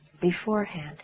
beforehand